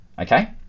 okay